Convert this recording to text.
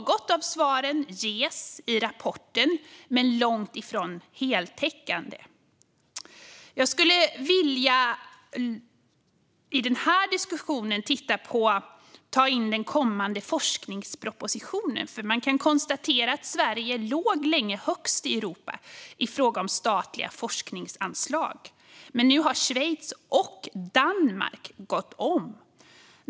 Vissa svar ges i rapporten, men det är långt ifrån heltäckande. I den här diskussionen skulle jag vilja titta på och ta in den kommande forskningspropositionen, för man kan konstatera att Sverige länge låg högst i Europa i fråga om statliga forskningsanslag. Nu har Schweiz och Danmark gått om.